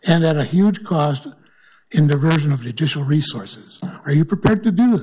and that a huge cost in the region of regional resources are you prepared to deal with